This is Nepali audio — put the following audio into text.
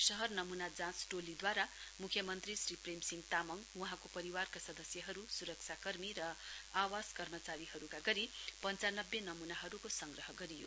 शहर नमूना जाँच टोलद्वारा मुख्यमन्त्री श्री प्रेससिंह तामङ वहाँको परिवारका सदस्यहरू सुरक्षा कर्मी र आवास कर्मचारीहरूका गरी पञ्चानब्बे नमूनाहरूको संग्रह गरियो